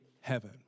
heaven